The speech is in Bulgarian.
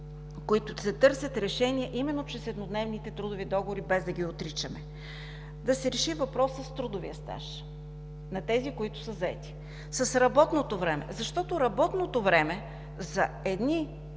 които се търсят решения именно чрез еднодневните трудови договори, без да ги отричаме: да се реши въпросът с трудовия стаж на тези, които са заети, с работното време, защото работното време за едни